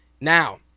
Now